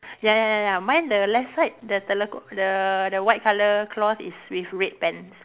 ya ya ya ya mine the left side the telekung the the white colour cloth is with red pants